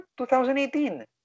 2018